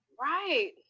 right